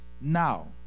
Now